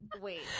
Wait